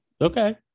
okay